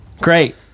great